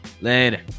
Later